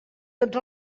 tots